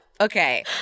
Okay